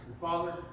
Father